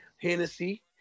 Hennessy